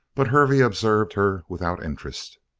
but hervey observed her without interest.